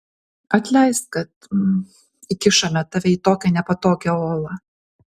atleisk kad hm įkišome tave į tokią nepatogią olą